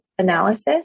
Analysis